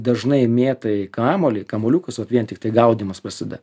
dažnai mėtai kamuolį kamuoliukus ot vien tiktai gaudymas prasideda